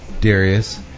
Darius